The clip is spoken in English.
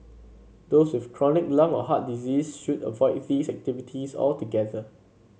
those with chronic lung or heart disease should avoid these activities altogether